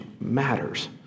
matters